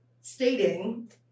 stating